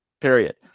period